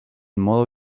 modo